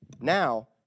now